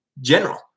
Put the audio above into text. general